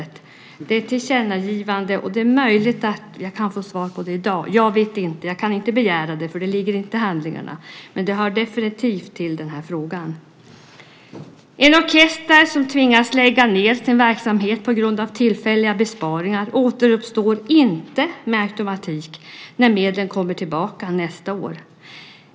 Vi har gjort ett tillkännagivande, och det är möjligt att jag kan få svar på det i dag. Jag kan inte begära det eftersom det inte ligger i handlingarna, men det hör definitivt till den här frågan. En orkester som tvingas lägga ned sin verksamhet på grund av tillfälliga besparingar återuppstår inte med automatik när medlen kommer tillbaka nästa år.